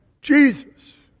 Jesus